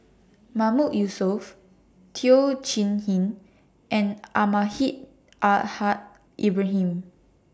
Mahmood Yusof Teo Chee Hean and Almahdi Al Haj Ibrahim